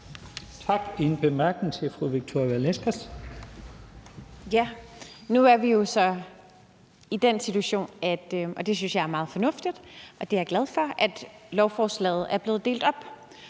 Nu er vi jo så i den situation, og det synes jeg er meget fornuftigt, og det er jeg glad for, at lovforslaget er blevet delt op.